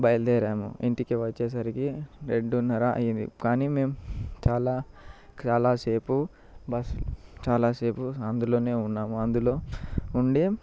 బయల్దేరాము ఇంటికి వచ్చేసరికి రెండున్నర అయింది కానీ మేము చాలా చాలాసేపు బస్ చాలాసేపు అందులోనే ఉన్నాము అందులో ఉండి